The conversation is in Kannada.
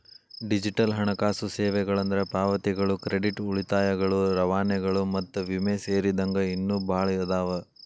ಡಿಜಿಟಲ್ ಹಣಕಾಸು ಸೇವೆಗಳಂದ್ರ ಪಾವತಿಗಳು ಕ್ರೆಡಿಟ್ ಉಳಿತಾಯಗಳು ರವಾನೆಗಳು ಮತ್ತ ವಿಮೆ ಸೇರಿದಂಗ ಇನ್ನೂ ಭಾಳ್ ಅದಾವ